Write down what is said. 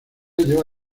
lleva